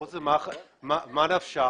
פרט לכך, ממה נפשך